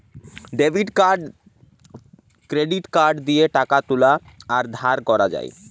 debit card credit card দিয়ে টাকা তুলা আর ধার করা যায়